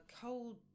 cold